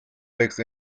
fixed